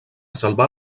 salvar